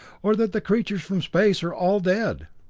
or that the creatures from space are all dead.